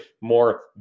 more